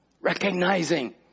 recognizing